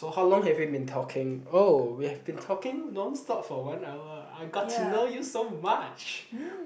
so how long have we been talking oh we have been talking non stop for one hour I got to know you so much